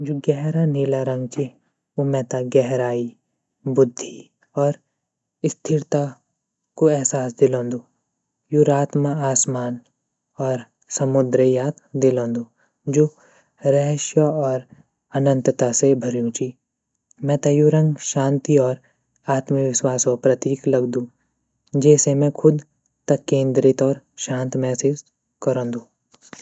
जू गहरा नीला रंग ची उ मेता गहराई, बुद्धि, और स्थिरता कु एहसास दिलोंदु यू रात म आसमान और समुद्रे याद दिलोंदु जू रहस्य और अनंतता से भर्यू ची मेता यू रंग शांति और आत्मविश्वास ओ प्रतीक लगदू जेसे मैं ख़ुद त केंद्रित और शांत महसूस करौंदु।